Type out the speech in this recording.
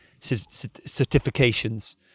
certifications